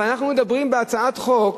אבל אנחנו מדברים בהצעת חוק